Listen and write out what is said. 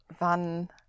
Wann